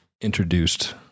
introduced